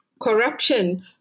corruption